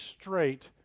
straight